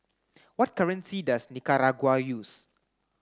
what currency does Nicaragua use